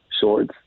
shorts